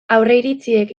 aurreiritziek